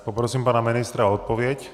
Poprosím pana ministra o odpověď.